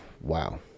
wow